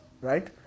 right